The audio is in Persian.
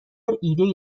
ایدهای